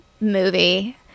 movie